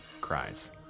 Cries